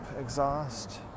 exhaust